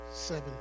Seven